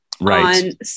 right